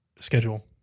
schedule